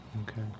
Okay